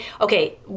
okay